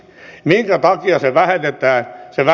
minkä takia vähennetään